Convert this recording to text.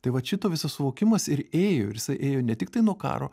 tai vat šito visas suvokimas ir ėjo ir jisai ėjo ne tiktai nuo karo